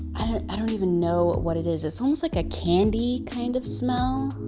i don't even know what it is. it's almost like a candy kind of smell,